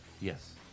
Yes